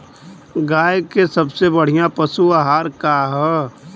गाय के सबसे बढ़िया पशु आहार का ह?